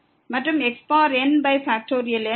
மற்றும் xnn